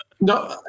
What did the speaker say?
No